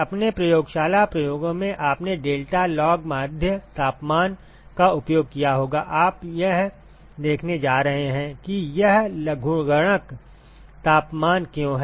अपने प्रयोगशाला प्रयोगों में आपने डेल्टा लॉगमाध्य तापमान का उपयोग किया होगा आप यह देखने जा रहे हैं कि यह लघुगणक तापमान क्यों है